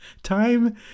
time